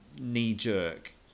knee-jerk